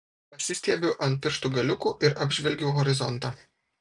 pasistiebiu ant pirštų galiukų ir apžvelgiu horizontą